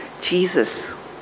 Jesus